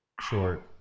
short